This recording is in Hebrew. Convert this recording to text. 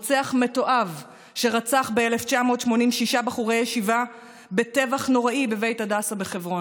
רוצח מתועב שרצח ב-1980 שישה בחורי ישיבה בטבח נוראי בבית הדסה בחברון,